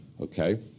okay